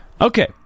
Okay